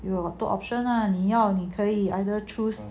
有很多 option lah 你要你可以 either choose